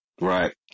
Right